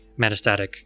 metastatic